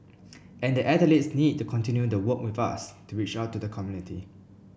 and the athletes need to continue to work with us to reach out to the community